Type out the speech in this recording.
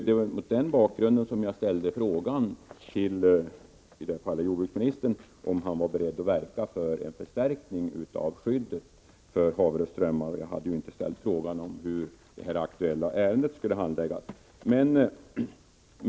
Det var mot den bakgrunden som jag ställde frågan till jordbruksministern om han var beredd att verka för att en förstärkning av skyddet för Haverö strömmar. Jag hade inte ställt frågan om hur det aktuella ärendet skulle handläggas.